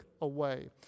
away